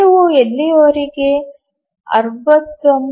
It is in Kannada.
ಕಾರ್ಯವು ಎಲ್ಲಿಯವರೆಗೆ 69